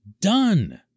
done